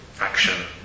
action